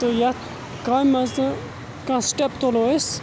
تہٕ یَتھ کامہِ منٛز تہٕ کانٛہہ سٹیٚپ تُلو أسۍ